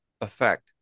effect